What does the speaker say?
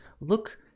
look